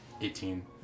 Eighteen